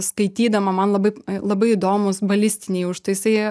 skaitydama man labai labai įdomūs balistiniai užtaisai